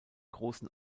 großen